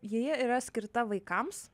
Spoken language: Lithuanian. ji yra skirta vaikams